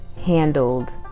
handled